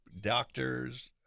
doctors